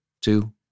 two